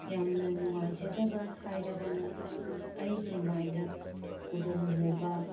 ꯌꯥꯝꯅ ꯅꯨꯡꯉꯥꯏꯖꯗꯕ ꯍꯥꯏꯔꯒꯅ ꯑꯩꯒꯤ ꯃꯥꯏꯗ ꯀꯨꯔꯣꯟ ꯍꯨꯕ